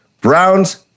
Browns